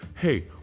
hey